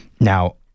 Now